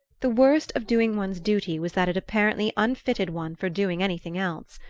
the worst of doing one's duty was that it apparently unfitted one for doing anything else.